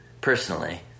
personally